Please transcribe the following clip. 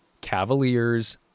Cavaliers